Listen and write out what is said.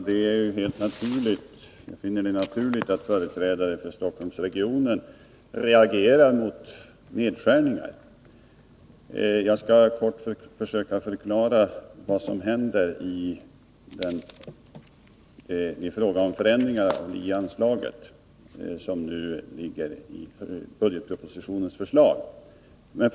Herr talman! Jag finner det helt naturligt att företrädare för Stockholmsregionen reagerar mot nedskärningar. Jag skall kort försöka förklara vad som händer med anledning av de förändringar av LIE-anslaget som nu föreslås i budgetpropositionen.